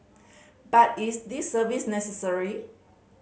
but is this service necessary